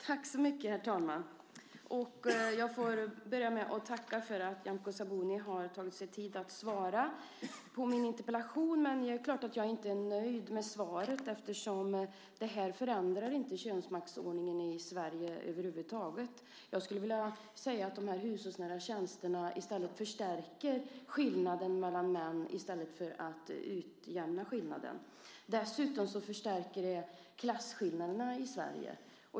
Herr talman! Jag får börja med att tacka för att Nyamko Sabuni har tagit sig tid att svara på min interpellation. Men det är klart att jag inte är nöjd med svaret, eftersom det här inte förändrar könsmaktsordningen i Sverige över huvud taget. Jag skulle vilja säga att de här hushållsnära tjänsterna förstärker skillnaden mellan män och kvinnor i stället för att utjämna skillnaden. Dessutom förstärker det klasskillnaderna i Sverige.